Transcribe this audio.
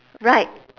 write